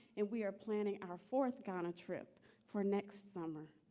and we are planning our fourth ghana trip for next summer.